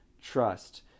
trust